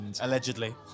Allegedly